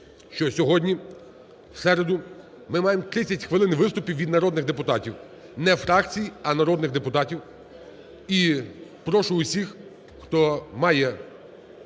що сьогодні в середу ми маємо 30 хвилин виступів від народних депутатів: не фракцій, а народних депутатів. І прошу усіх, хто має